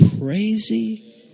crazy